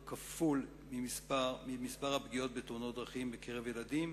הוא כפול ממספר הפגיעות בתאונות דרכים בקרב ילדים,